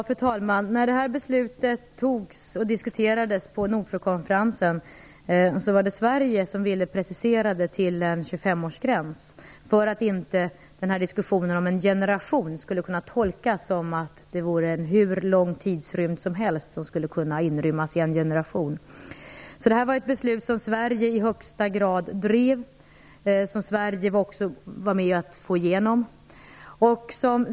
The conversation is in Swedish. Fru talman! Då beslutet togs och detta diskuterades på Nordsjökonferensen var det Sverige som ville precisera det till en 25-årsgräns för att inte diskussionen om en generation skulle kunna tolkas så att det var hur lång tidsrymd som helst som skulle kunna inrymmas i detta med en generation. Det var alltså ett beslut som Sverige i högsta grad drev och som Sverige var med om att få igenom.